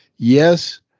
Yes